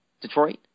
Detroit